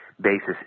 basis